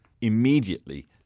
immediately